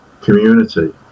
community